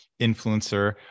influencer